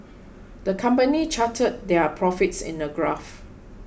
the company charted their profits in a graph